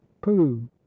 pooh